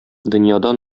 дөньяда